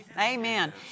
Amen